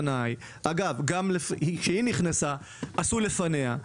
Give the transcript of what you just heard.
אגב, גם כשהיא נכנסה עשו דברים לפניה.